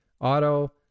auto